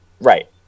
Right